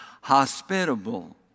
hospitable